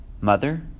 Mother